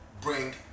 bring